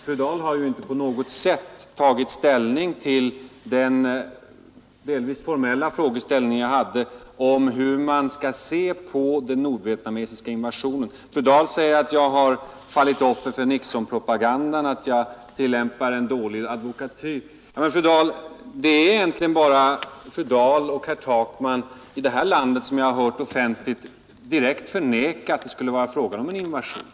Fru Dahl har ju inte på något sätt tagit ställning till den delvis formella fråga jag ställde om hur man skall se på den nordvietnamesiska invasionen. Fru Dahl säger att jag har fallit offer för Nixonpropagandan, att jag tillämpar en dålig advokatyr. Men, fru Dahl, det är egentligen bara fru Dahl och herr Takman i det här landet som jag har hört offentligt direkt förneka att det skulle vara frågan om en invasion.